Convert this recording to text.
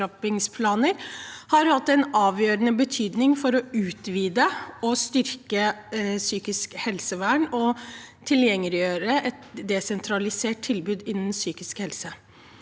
har hatt en avgjørende betydning for å utvide og styrke psykisk helsevern og tilgjengeliggjøre et desentralisert tilbud innen psykisk helse.